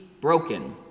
broken